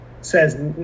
says